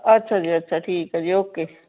ਅੱਛਾ ਜੀ ਅੱਛਾ ਠੀਕ ਹੈ ਜੀ ਓਕੇ